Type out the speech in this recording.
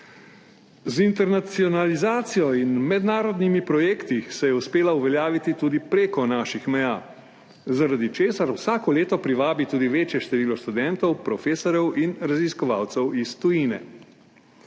Z internacionalizacijo in mednarodnimi projekti se je uspela uveljaviti tudi preko naših meja, zaradi česar vsako leto privabi tudi večje število študentov, profesorjev in raziskovalcev iz tujine.